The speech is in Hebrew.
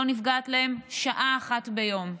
לא נפגעת להם שעה אחת ביום.